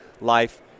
life